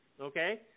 okay